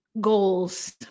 goals